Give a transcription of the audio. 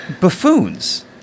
buffoons